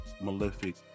malefic